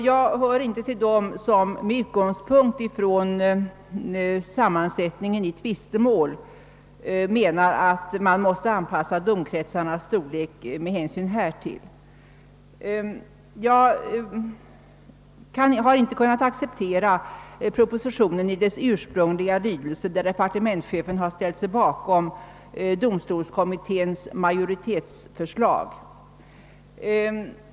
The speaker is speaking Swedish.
Jag anser inte att man med utgångspunkt i domstolssammansättningen i tvistemål måste anpassa domkretsarnas storlek med hänsyn härtill. Jag har därför inte kunnat acceptera propositionen i dess ursprungliga lydelse, där departementschefen ställt sig bakom domstolskommitténs majoritetsförslag.